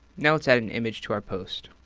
now let's add an image to our post.